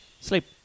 Sleep